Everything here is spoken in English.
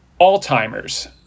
Alzheimer's